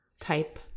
type